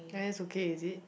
like that okay is it